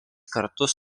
kartus